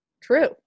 True